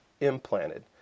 implanted